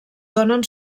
donen